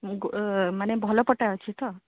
ମାନେ ଭଲ ପଟା ଅଛି ତ